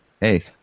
Hey